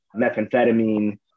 methamphetamine